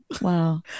Wow